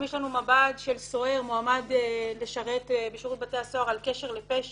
אם יש לנו מב"ד של סוהר שמועמד לשרת בשירות בתי הסוהר על קשר לפשע,